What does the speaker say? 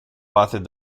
authored